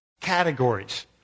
categories